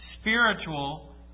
spiritual